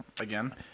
again